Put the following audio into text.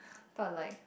thought like